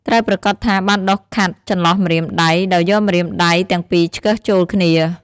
ត្រូវប្រាកដថាបានដុសខាត់ចន្លោះម្រាមដៃ ដោយយកម្រាមដៃទាំងពីរឆ្កឹះចូលគ្នា។